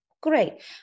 great